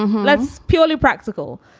um that's purely practical.